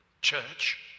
Church